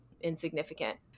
insignificant